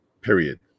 Period